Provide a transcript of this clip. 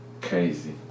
Crazy